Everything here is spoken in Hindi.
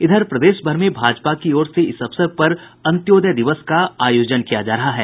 इधर प्रदेशभर में भाजपा की ओर से इस अवसर पर अंत्योदय दिवस का आयोजन किया जा रहा है